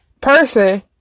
person